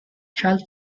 child